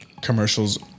commercials